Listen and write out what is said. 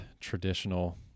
traditional